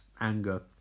Anger